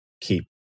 keep